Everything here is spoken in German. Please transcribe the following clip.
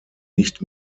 nicht